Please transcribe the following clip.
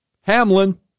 Hamlin